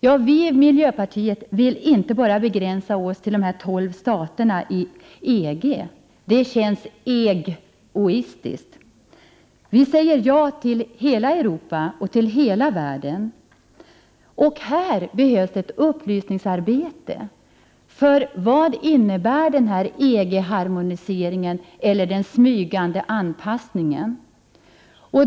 Vi i miljöpartiet vill inte bara begränsa oss till de tolv staterna inom EG — det känns ”EG-oistiskt”. Vi säger ja till hela Europa och hela världen. Det behövs här ett upplysningsarbete. Vad innebär EG-harmoniseringen eller den smygande anpassningen?